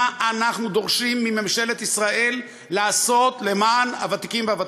מה אנחנו דורשים מממשלת ישראל לעשות למען הוותיקים והוותיקות.